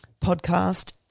podcast